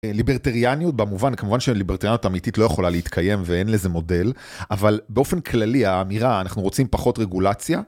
ליברטריאניות במובן, כמובן שליברטריאניות אמיתית לא יכולה להתקיים ואין לזה מודל אבל באופן כללי האמירה: אנחנו רוצים פחות רגולציה,